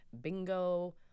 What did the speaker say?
bingo